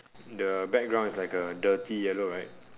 the background is like a dirty yellow right